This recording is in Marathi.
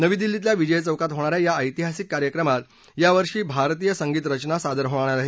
नवी दिल्लीतल्या विजय चौकात होणा या या ऐतिहासिक कार्यक्रमात यावर्षी भारतीय संगीत रचना सादर होणार आहेत